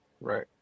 right